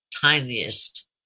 tiniest